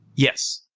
yes.